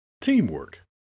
teamwork